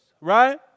right